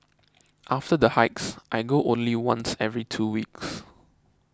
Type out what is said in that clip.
after the hikes I go only once every two weeks